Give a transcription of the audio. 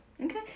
okay